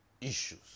issues